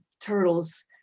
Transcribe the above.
turtles